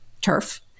turf